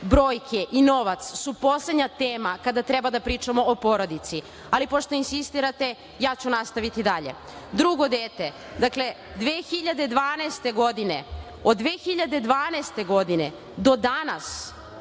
brojke i novac su poslednja tema kada treba da pričamo o porodici, ali pošto insistirate ja ću nastaviti dalje. Drugo dete – dakle, 2012. godine, od 2012. godine do danas